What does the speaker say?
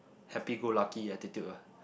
happy go lucky attitude ah